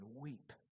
weep